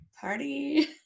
party